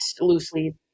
loosely